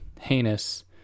heinous